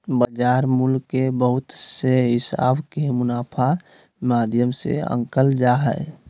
बाजार मूल्य के बहुत से हिसाब के मुनाफा माध्यम से आंकल जा हय